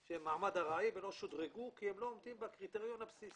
מעמד ארעי והם לא שודרגו כי הם לא עומדים בקריטריון הבסיסי.